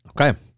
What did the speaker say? okay